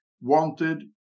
wanted